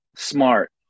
Smart